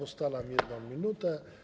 Ustalam 1 minutę.